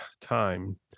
time